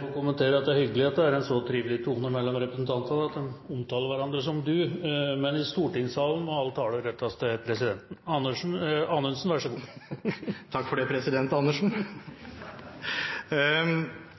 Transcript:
få kommentere at det er hyggelig at det er en så trivelig tone mellom representantene at de omtaler hverandre som «du», men i stortingssalen må all tale rettes til presidenten.